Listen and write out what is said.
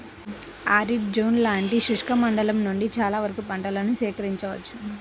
arid zone లాంటి శుష్క మండలం నుండి చాలా వరకు పంటలను సేకరించవచ్చు